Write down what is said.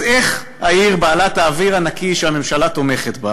אז איך העיר בעלת האוויר הנקי שהממשלה תומכת בה